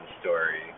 story